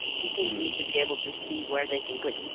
people need to be able to see where they can click.